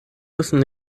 müssen